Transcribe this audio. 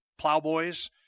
plowboys